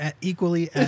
equally